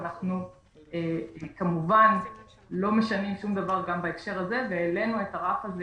אנחנו כמובן לא משנים שום דבר גם בהקשר הזה והעלינו את הרף הזה